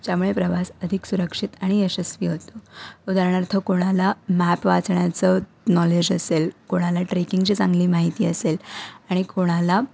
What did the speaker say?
ज्यामुळे प्रवास अधिक सुरक्षित आणि यशस्वी होतो उदाहरणार्थ कोणाला मॅप वाचण्याचं नॉलेज असेल कोणाला ट्रेकिंगची चांगली माहिती असेल आणि कोणाला